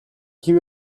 you